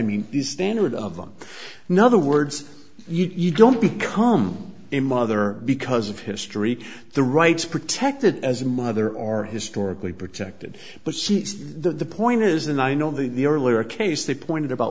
mean the standard of them another words you don't become a mother because of history the rights protected as a mother are historically protected but since the point is and i know the earlier case the point about